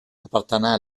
appartenant